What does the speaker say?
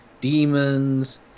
demons